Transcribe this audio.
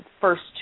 first